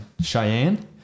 Cheyenne